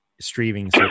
streaming